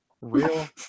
real